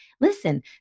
listen